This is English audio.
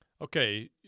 Okay